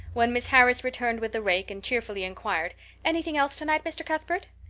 when miss harris returned with the rake and cheerfully inquired anything else tonight, mr. cuthbert?